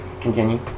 continue